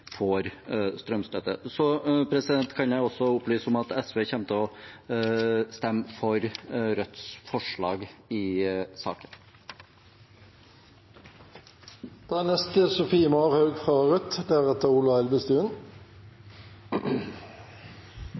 kan også opplyse om at SV kommer til å stemme for Rødts forslag i